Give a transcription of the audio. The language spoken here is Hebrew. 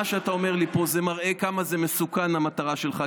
מה שאתה אומר לי פה מראה כמה מסוכנת המטרה שלך,